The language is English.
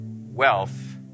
wealth